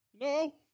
no